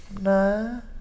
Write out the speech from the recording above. No